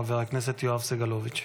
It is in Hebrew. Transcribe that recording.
חבר הכנסת יואב סגלוביץ'.